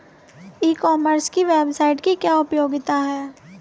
ई commerce की website की क्या उपयोगिता है?